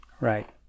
right